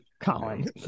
Colin